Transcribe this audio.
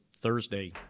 Thursday